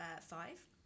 five